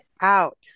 out